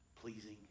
pleasing